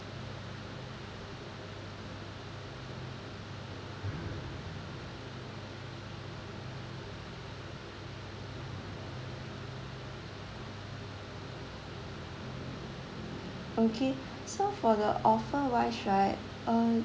okay so for the offer wise right uh